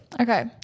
okay